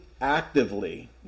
actively